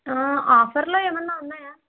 ఆఫర్లు ఏమన్నా ఉన్నాయా